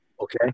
Okay